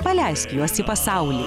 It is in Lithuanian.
paleisk juos į pasaulį